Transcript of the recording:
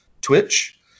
twitch